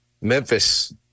Memphis